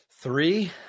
Three